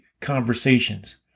conversations